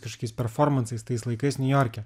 kažkokiais performansais tais laikais niujorke